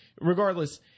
Regardless